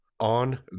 On